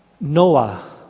Noah